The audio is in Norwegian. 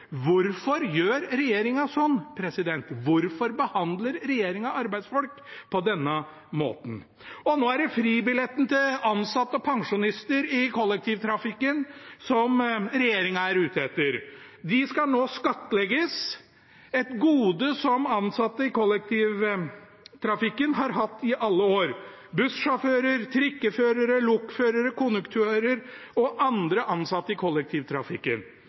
Hvorfor gjør regjeringen dette? Hvorfor behandler regjeringen arbeidsfolk på denne måten? Nå er det fribilletten til ansatte og pensjonister i kollektivtrafikken regjeringen er ute etter. Det skal nå skattlegges. Dette er et gode som ansatte i kollektivtrafikken har hatt i alle år: bussjåfører, trikkeførere, lokførere, konduktører og andre ansatte i kollektivtrafikken.